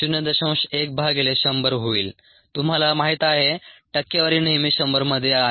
1 भागिले 100 होईल तुम्हाला माहीत आहे टक्केवारी नेहमी 100 मध्ये असते